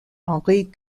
henri